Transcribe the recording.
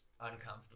uncomfortable